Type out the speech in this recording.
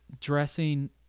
dressing